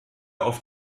auf